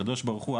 הקדוש ברוך הוא,